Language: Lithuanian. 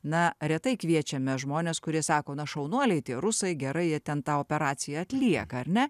na retai kviečiame žmones kurie sako na šaunuoliai tie rusai gerai jie ten tą operaciją atlieka ar ne